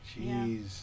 Jeez